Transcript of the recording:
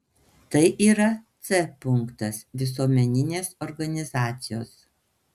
tai yra c punktas visuomeninės organizacijos